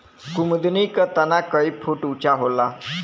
कुमुदनी क तना कई फुट ऊँचा होला